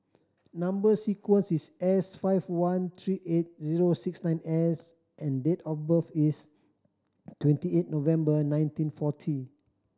number sequence is S five one three eight zero six nine S and date of birth is twenty eight November nineteen forty